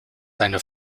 seine